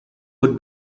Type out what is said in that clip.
would